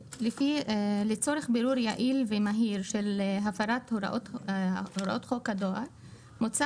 לצורך בירור יעיל ומהיר של הפרת הוראות חוק הדואר מוצע